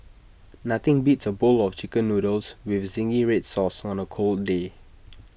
nothing beats A bowl of Chicken Noodles with Zingy Red Sauce on A cold day